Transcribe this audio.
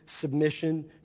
submission